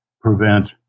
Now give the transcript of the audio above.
prevent